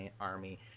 army